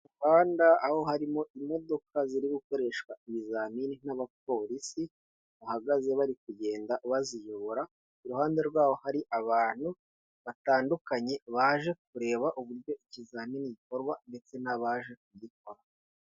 Umuhanda aho harimo imodoka ziri gukoreshwa ibizamini n'abapolisi bahagaze bari kugenda baziyobora, iruhande rwabo hari abantu batandukanye baje kureba uburyo ikizamini gikorwa ndetse n'abaje kugikora.